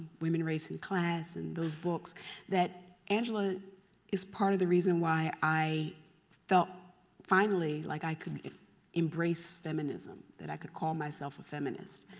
women, race and class, and those books that angela is part of the reason why i felt finally like i could embrace feminism. that i could call myself a feminist.